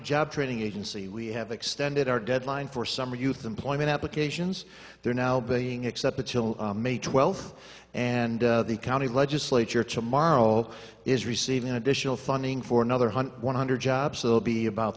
job training agency we have extended our deadline for summer youth employment applications they're now being accepted till may twelfth and the county legislature tomorrow is receiving additional funding for another one hundred jobs will be about